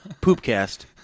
Poopcast